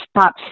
stop